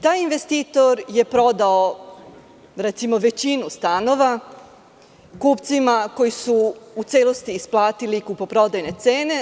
Taj investitor je prodao, recimo, većinu stanova kupcima koji su u celosti isplatili kupoprodajne cene.